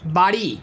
বাড়ি